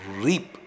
reap